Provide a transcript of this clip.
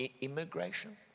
immigration